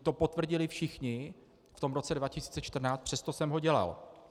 To potvrdili všichni v tom roce 2014, přesto jsem ho dělal.